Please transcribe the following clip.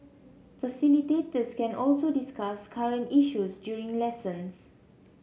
facilitators can also discuss current issues during lessons